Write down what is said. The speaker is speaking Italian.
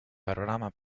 panorama